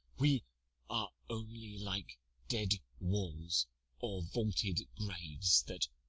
we are only like dead walls or vaulted graves, that,